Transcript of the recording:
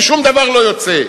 ושום דבר לא יוצא.